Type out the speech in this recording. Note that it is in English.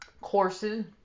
Courses